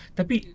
tapi